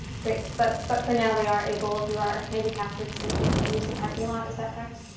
great. but but for now they are able, if you are handicapped or disabled, you can use the parking lot. is that correct?